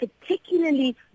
particularly